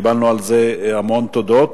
וקיבלנו על זה המון תודות,